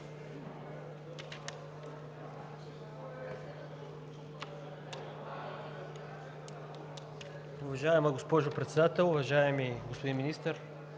уважаеми господин Председател. Уважаеми господин Министър,